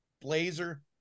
blazer